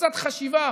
קצת חשיבה